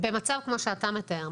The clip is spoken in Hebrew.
במצב כמו שאתה מתאר,